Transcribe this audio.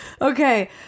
Okay